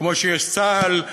כמו שיש צה"ל,